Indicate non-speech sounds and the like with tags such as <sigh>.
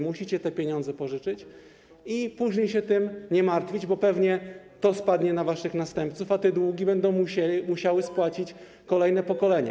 Musicie te pieniądze pożyczyć i później się tym nie musicie martwić, bo pewnie to spadnie na waszych następców, a te długi będą musiały spłacić <noise> kolejne pokolenia.